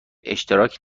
اشتراک